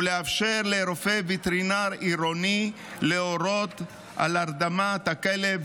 ולאפשר לרופא וטרינר עירוני להורות על הרדמת הכלב